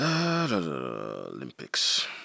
Olympics